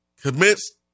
Commits